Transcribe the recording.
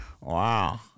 wow